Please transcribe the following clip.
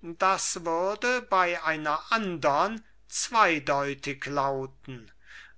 das würde bei einer andern zweideutig lauten